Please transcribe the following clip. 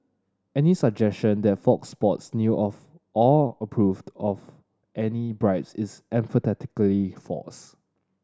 any suggestion that Fox Sports knew of or approved of any bribes is emphatically false